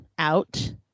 out